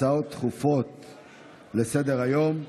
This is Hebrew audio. הצעות דחופות לסדר-היום.